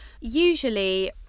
Usually